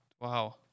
Wow